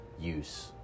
use